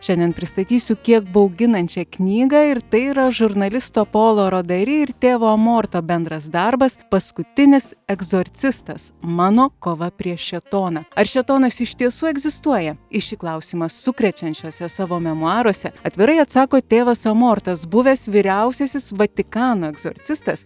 šiandien pristatysiu kiek bauginančią knygą ir tai yra žurnalisto polo rodari ir tėvo emorto bendras darbas paskutinis egzorcistas mano kova prieš šėtoną ar šėtonas iš tiesų egzistuoja į šį klausimą sukrečiančiuose savo memuaruose atvirai atsako tėvas omortas buvęs vyriausiasis vatikano egzorcistas